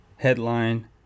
headline